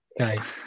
okay